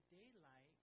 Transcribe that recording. daylight